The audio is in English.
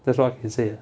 that's all I can say ah